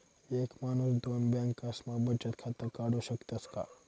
एक माणूस दोन बँकास्मा बचत खातं काढु शकस का?